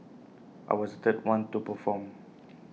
I was the third one to perform